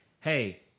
hey